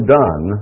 done